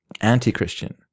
anti-Christian